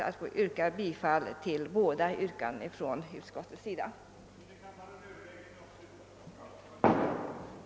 Jag yrkar bifall till utskottets hemställan.